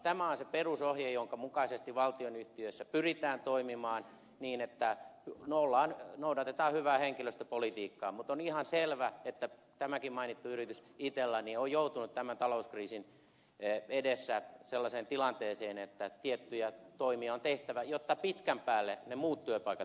tämä on se perusohje jonka mukaisesti valtionyhtiöissä pyritään toimimaan niin että noudatetaan hyvää henkilöstöpolitiikkaa mutta on ihan selvä että tämäkin mainittu yritys itella on joutunut tämän talouskriisin edessä sellaiseen tilanteeseen että tiettyjä toimia on tehtävä jotta pitkän päälle ne muut työpaikat pystyisivät säilymään